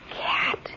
cat